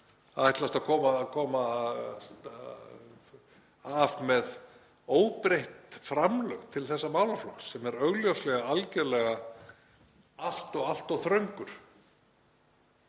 að ætla að komast af með óbreytt framlög til þessa málaflokks sem er augljóslega algjörlega allt of þröngur.